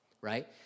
right